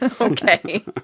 Okay